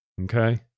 Okay